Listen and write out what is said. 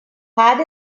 had